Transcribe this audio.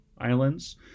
Islands